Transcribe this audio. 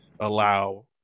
allow